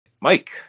Mike